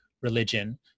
religion